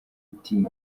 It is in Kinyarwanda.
uti